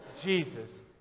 Jesus